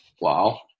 Wow